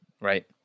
Right